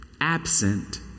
absent